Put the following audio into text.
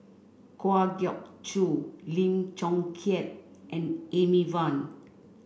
Kwa Geok Choo Lim Chong Keat and Amy Van